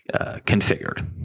configured